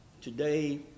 today